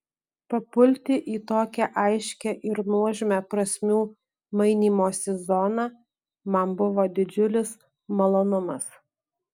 papulti į tokią aiškią ir nuožmią prasmių mainymosi zoną man buvo didžiulis malonumas